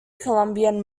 columbian